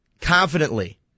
confidently